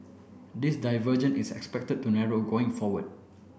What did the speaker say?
this divergence is expected to narrow going forward